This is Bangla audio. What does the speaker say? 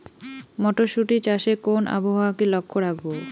মটরশুটি চাষে কোন আবহাওয়াকে লক্ষ্য রাখবো?